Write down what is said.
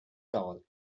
tall